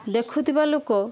ଦେଖୁଥୁବା ଲୋକ